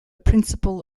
principal